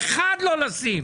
אחד לא לשים.